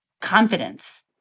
Confidence